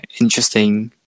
interesting